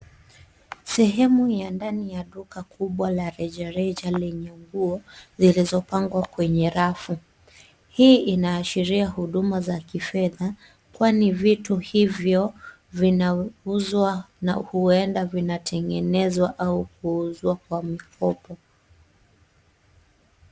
Sehemu ya ndani ya duka kubwa la rejareja lenye nguo zilizopangwa kwenye rafu. Hii inaashiria huduma za kifedha, kwani vitu hivyo vinauzwa na huenda vinatengenezwa au kuuzwa kwa mikopo.